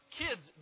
kids